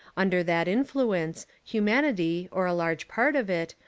under that influence, humanity, or a large part of it,